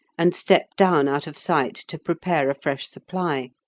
and step down out of sight to prepare a fresh supply.